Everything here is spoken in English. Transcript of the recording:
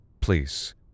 Please